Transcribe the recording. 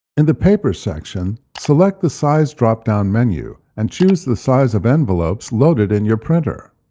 in the paper section, select the size drop-down menu, and choose the size of envelopes loaded in your printer.